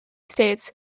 states